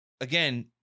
Again